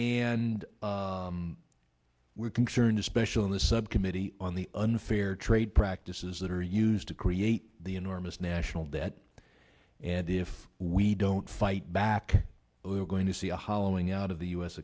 and we're concerned especially in the subcommittee on the unfair trade practices that are used to create the enormous national debt and if we don't fight back we're going to see a hollowing out of the u s